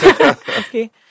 Okay